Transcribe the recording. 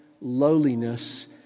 lowliness